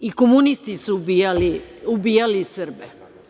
I komunisti su ubijali Srbe.